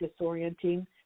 disorienting